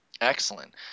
Excellent